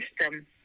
system